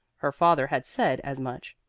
her father had said as much.